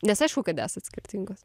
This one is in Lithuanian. nes aišku kad esat skirtingos